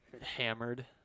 hammered